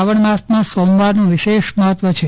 શ્રાવણ માસમાં સોમવારનું વિશેષ મહત્વ છે